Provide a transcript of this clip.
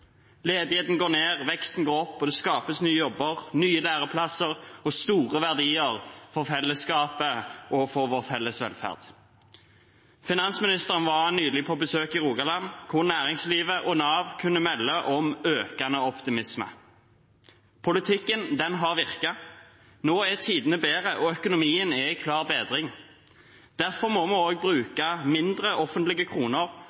Ledigheten går ned, veksten går opp, og det skapes nye jobber, nye læreplasser og store verdier for fellesskapet og vår felles velferd. Finansministeren var nylig på besøk i Rogaland, hvor næringslivet og Nav kunne melde om en økende optimisme. Politikken har virket. Nå er tidene bedre, og økonomien er i klar bedring. Derfor må vi også bruke færre offentlige kroner,